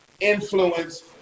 influence